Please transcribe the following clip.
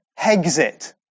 exit